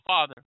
Father